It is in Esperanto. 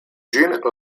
ĝin